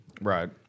right